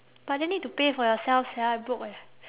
but then need to pay for yourself sia I broke eh